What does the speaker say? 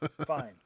Fine